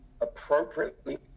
appropriately